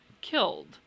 killed